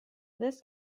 this